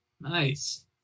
Nice